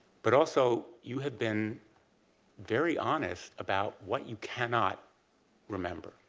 but also, you have been very honest about what you cannot remember.